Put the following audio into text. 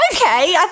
okay